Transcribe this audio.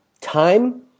time